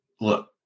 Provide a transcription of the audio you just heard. Look